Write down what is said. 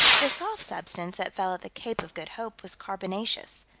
the soft substance that fell at the cape of good hope was carbonaceous,